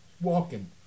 Walking